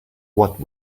what